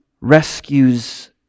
rescues